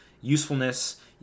usefulness